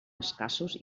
escassos